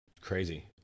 Crazy